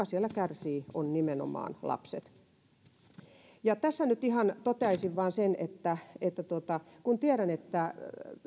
siellä kärsivät ovat nimenomaan lapset tässä nyt ihan toteaisin vain sen että että tiedän että